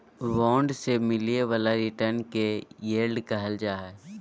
bond से मिलय वाला रिटर्न के यील्ड कहल जा हइ